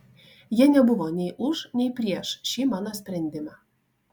jie nebuvo nei už nei prieš šį mano sprendimą